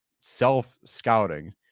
self-scouting